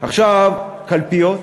עכשיו, קלפיות,